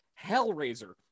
Hellraiser